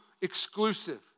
exclusive